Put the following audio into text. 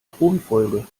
thronfolge